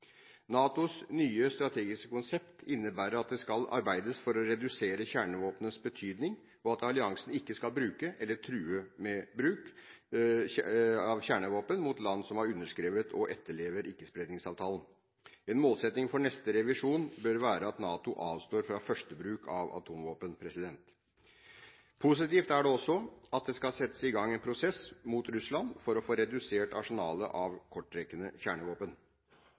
NATOs nye strategiske konsept innebærer at det skal arbeides for å redusere kjernevåpnenes betydning, og at alliansen ikke skal bruke eller true med bruk av kjernevåpen mot land som har underskrevet og etterlever ikke-spredningsavtalen. En målsetting for neste revisjon bør være at NATO avstår fra førstebruk av atomvåpen. Positivt er det også at det skal settes i gang en prosess mot Russland for å få redusert arsenalene av kortrekkende kjernevåpen.